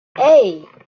hey